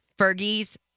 Fergie's